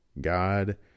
God